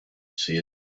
said